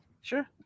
sure